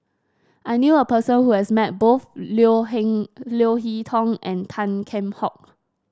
I knew a person who has met both Leo Leo Hee Tong and Tan Kheam Hock